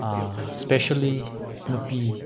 specially ꯅꯨꯄꯤ